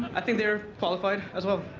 i think they're qualified as well.